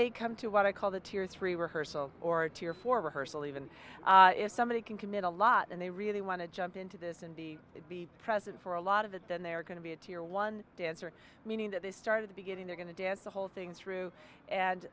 they come to what i call the tears free rehearsal or a tear for rehearsal even if somebody can commit a lot and they really want to jump into this and be it be present for a lot of that then they're going to be a tier one dancer meaning that the start of the beginning they're going to dance the whole thing through and